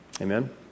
Amen